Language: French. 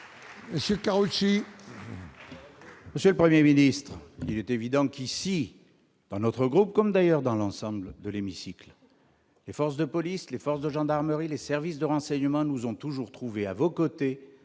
Monsieur le Premier ministre, il est évident qu'ici, dans notre groupe, comme d'ailleurs dans l'ensemble de l'hémicycle, les forces de police, les forces de gendarmerie, les services de renseignement nous ont toujours trouvés à vos côtés